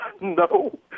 no